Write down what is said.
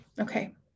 Okay